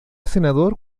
senador